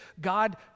God